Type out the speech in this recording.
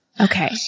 Okay